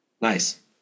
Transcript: Nice